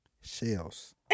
shells